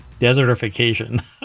desertification